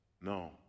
No